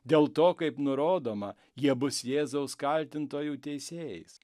dėl to kaip nurodoma jie bus jėzaus kaltintojų teisėjais